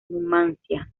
numancia